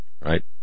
Right